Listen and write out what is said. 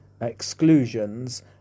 exclusions